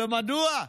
ומדוע?